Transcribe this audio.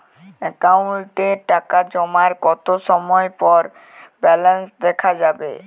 অ্যাকাউন্টে টাকা জমার কতো সময় পর ব্যালেন্স দেখা যাবে?